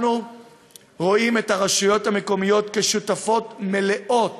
אנחנו רואים את הרשויות המקומיות כשותפות מלאות